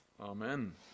Amen